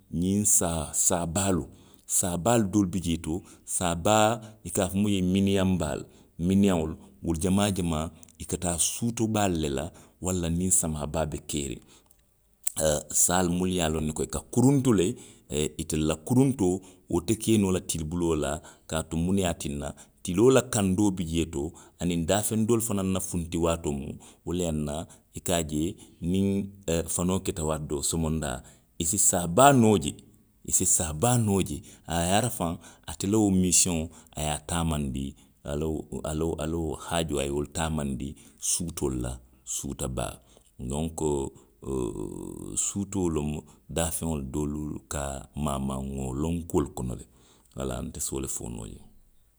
Ňiŋ saa, saa baalu. saa baalu doolu bi jee to. saa baa, i ka a fo muŋ ye miniyaŋ baalu, miniyaŋolu, wolu jamaa jamaa, i ka taa suutoo baalu le la, walla niŋ samaa baa be keeriŋ. Oo, saalu munnu ye a loŋ ko i ka kuruntu le, ee, itelu la kuruntoo, wo te ke noo la tilibiloo la kaatu muŋ ne ye a tinna, tiloo la kandoo bi jee to. aniŋ daafeŋ doolu fanaŋ na funti waatoo mu, wo le ye a tinna, niŋ e fanoo keta waati doo somondaa. i. si saa baa noo je, i si saa baa noo je, aa yaarafaŋ ate la wo misiyoŋo, a ye a taamandi, a la wo, a la wo, a la wo haajoo a ye wo le taamandi suutoo le la, suuta baa. O, ooo, suutoo lemu daafeŋo doolu ka maamaŋ, nwa wo loŋ kuolu kono le. Walaa, nte si wo le fo noo jee.